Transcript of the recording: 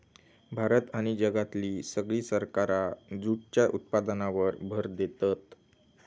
भारत आणि जगातली सगळी सरकारा जूटच्या उत्पादनावर भर देतत